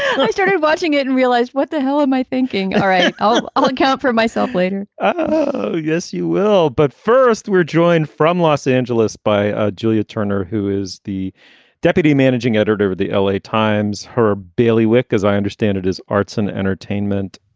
i started watching it and realized, what the hell am i thinking? all right. i'll i'll look out for myself later yes, you will. but first, we're joined from los angeles by ah julia turner, who is the deputy managing editor of the l a. times. her bailiwick, as i understand it, is arts and entertainment.